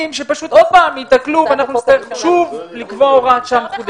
שעוד פעם ייתקלו ושוב נצטרך לקבוע הוראת שעה חדשה.